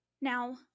Now